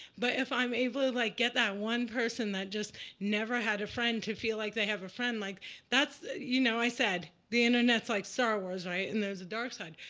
but if i'm able to like get that one person that just never had a friend to feel like they have a friend? like that's you know, i said the internet's like star wars, right? and there's a dark side.